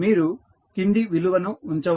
మీరు కింది విలువను ఉంచవచ్చు